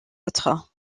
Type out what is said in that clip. autres